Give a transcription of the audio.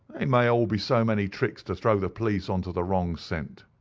they may all be so many tricks to throw the police on to the wrong scent.